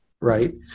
right